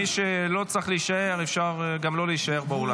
מי שלא צריך להישאר, אפשר גם לא להישאר באולם.